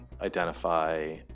identify